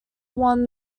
won